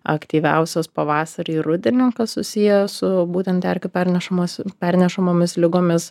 aktyviausios pavasarį rudenį kas susiję su būtent erkių pernešamos pernešamomis ligomis